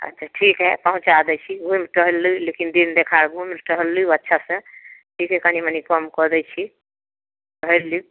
अच्छा ठीक हइ पहुँचा दै छी घुमि टहलि लिअऽ लेकिन दिन देखार घुमि टहलि लिअऽ अच्छासँ ठीक हइ कनि मनि कम कऽ दै छी टहलि लिअऽ